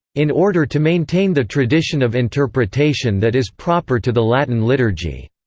in order to maintain the tradition of interpretation that is proper to the latin liturgy.